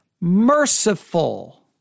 merciful